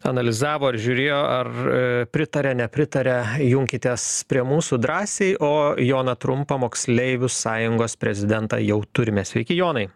analizavo ar žiūrėjo ar pritaria nepritaria junkitės prie mūsų drąsiai o joną trumpą moksleivių sąjungos prezidentą jau turime sveiki jonai